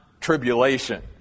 tribulation